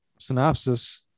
Synopsis